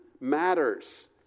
matters